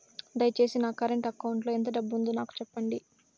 దయచేసి నా current account లో ఎంత డబ్బు ఉందో నాకు సెప్పండి